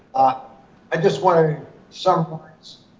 ah i just wanted some